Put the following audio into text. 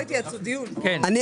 כמה אחוזים?